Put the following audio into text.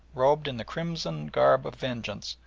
robed in the crimson garb of vengeance,